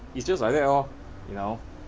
it's just like that lor you know